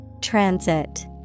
transit